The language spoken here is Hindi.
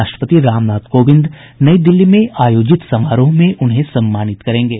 राष्ट्रपति रामनाथ कोविंद नई दिल्ली में आयोजित समारोह में उन्हें सम्मानित करेंगे